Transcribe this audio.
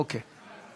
אוקיי.